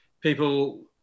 people